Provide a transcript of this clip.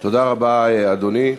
תודה רבה, אדוני.